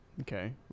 Okay